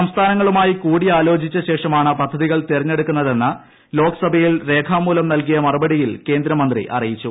സംസ്ഥാനങ്ങളു മായി കൂടിയാലോചിച്ചശേഷമാണ് പദ്ധതികൾ തിരഞ്ഞെടുക്കുന്ന തെന്ന് ലോക്സഭയിൽ രേഖാമൂലം നൽകിയ മറുപടിയിൽ കേന്ദ്രമന്ത്രി അറിയിച്ചു